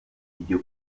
iryo